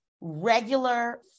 regular